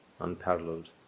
unparalleled